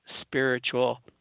spiritual